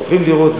שוכרים דירות,